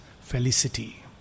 felicity